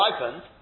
ripened